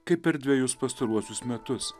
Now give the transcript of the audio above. kaip per dvejus pastaruosius metus